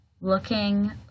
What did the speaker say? looking